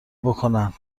بکنند